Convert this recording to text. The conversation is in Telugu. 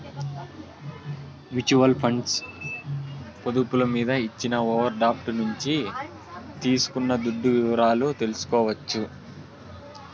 మ్యూచువల్ ఫండ్స్ పొదుపులు మీద ఇచ్చిన ఓవర్ డ్రాఫ్టు నుంచి తీసుకున్న దుడ్డు వివరాలు తెల్సుకోవచ్చు